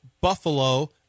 Buffalo